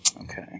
Okay